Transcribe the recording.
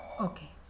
Okay